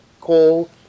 coal